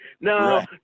No